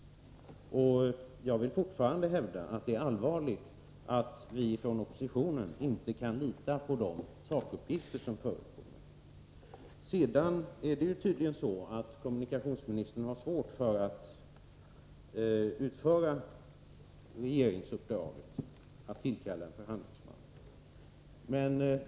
Jag hävdar fortfarande att det är allvarligt att vi från oppositionen inte kan lita på de sakuppgifter som förekommer i budgetpropositionen. Kommunikationsministern har tydligen svårt att utföra regeringsuppdraget att tillkalla en förhandlingsman.